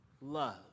love